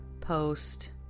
post